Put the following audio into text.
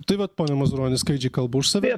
tai vat pone mazuroni skaičiai kalba už save